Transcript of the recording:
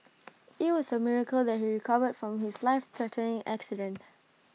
IT was A miracle that he recovered from his lifethreatening accident